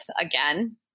again